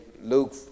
Luke